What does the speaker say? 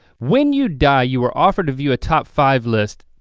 when you die you are offered to view a top five list.